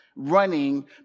Running